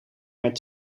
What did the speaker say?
met